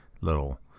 little